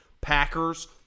Packers